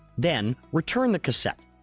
then, return the cassette.